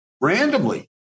randomly